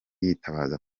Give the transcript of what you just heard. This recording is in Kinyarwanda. yitabaza